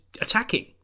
attacking